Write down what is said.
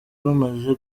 bamaze